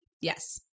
Yes